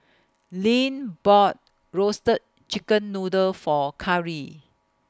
Lynn bought Roasted Chicken Noodle For Carri